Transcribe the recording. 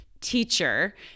teacher